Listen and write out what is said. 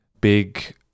big